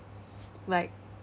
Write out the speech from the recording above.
like